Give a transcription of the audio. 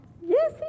Yes